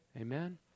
Amen